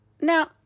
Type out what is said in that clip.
Now